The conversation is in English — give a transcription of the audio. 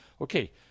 Okay